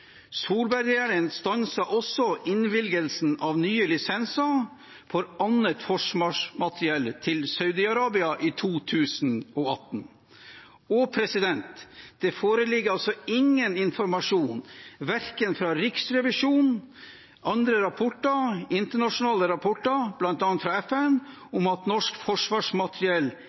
også innvilgelsen av nye lisenser for annet forsvarsmateriell til Saudi-Arabia i 2018. Det foreligger altså ingen informasjon, verken fra Riksrevisjonen eller fra andre rapporter, som internasjonale rapporter, bl.a. fra FN, om at norsk forsvarsmateriell